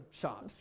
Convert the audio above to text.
shot